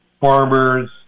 farmers